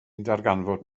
darganfod